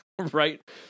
right